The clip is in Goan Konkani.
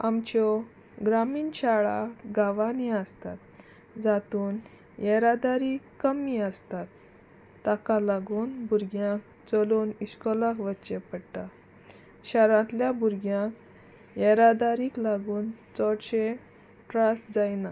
आमच्यो ग्रामीण शाळा गांवांनी आसतात जातून येरादारी कमी आसतात ताका लागून भुरग्यांक चलोन इस्कोलाक वच्चें पडटा शारांतल्या भुरग्यांक येरादारीक लागून चडशे त्रास जायना